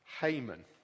Haman